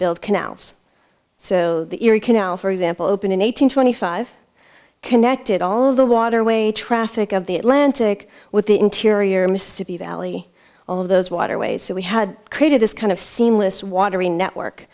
build canals so the erie canal for example opened in eighteen twenty five connected all the waterway traffic of the atlantic with the interior mississippi valley all those waterways so we had created this kind of seamless watery network